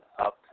up